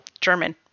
German